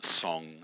song